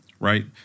right